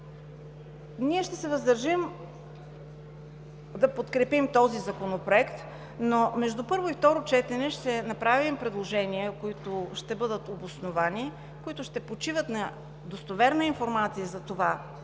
Ние ще се въздържим да подкрепим този законопроект, но между първо и второ четене ще направим предложения, които ще бъдат обосновани, които ще почиват на достоверна информация за това